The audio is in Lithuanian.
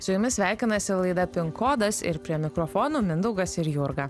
su jumis sveikinasi laida pin kodas ir prie mikrofono mindaugas ir jurga